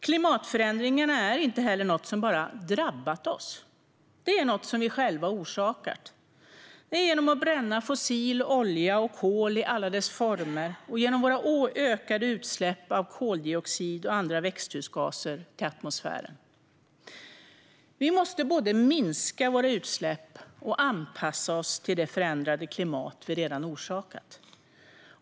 Klimatförändringarna är inte heller något som bara har drabbat oss; det är något som vi själva har orsakat genom att bränna fossil olja och kol i alla dess former och genom våra ökade utsläpp av koldioxid och andra växthusgaser till atmosfären. Vi måste både minska våra utsläpp och anpassa oss till det förändrade klimat vi redan har orsakat.